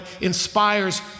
inspires